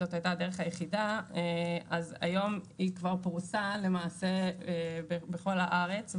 אז היום למעשה היא כבר פרוסה בכל הארץ.